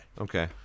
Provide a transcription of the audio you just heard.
Okay